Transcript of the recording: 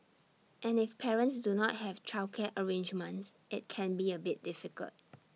and if parents do not have childcare arrangements IT can be A bit difficult